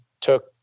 took